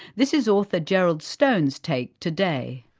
this is author gerald stone's take today.